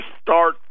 start